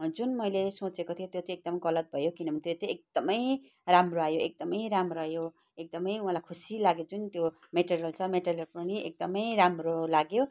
जुन मैले सोचेको थिए तर गलत भयो किनभने एकदमै राम्रो आयो एकदमै राम्रो आयो एकदमै मलाई खुसी लाग्यो जुन त्यो मटेरियल छ मटेरियल पनि एकदमै राम्रो लाग्यो